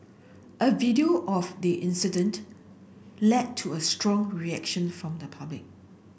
a video of the incident led to a strong reaction from the public